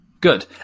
Good